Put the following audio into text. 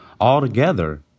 altogether